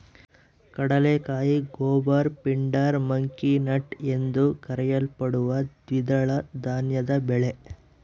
ಕಡಲೆಕಾಯಿ goober pindar monkey nut ಎಂದೂ ಕರೆಯಲ್ಪಡುವ ದ್ವಿದಳ ಧಾನ್ಯದ ಬೆಳೆ